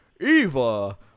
Eva